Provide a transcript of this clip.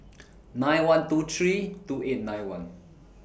nine one two three two eight nine one